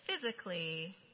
physically